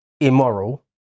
immoral